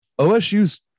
OSU's